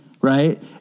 right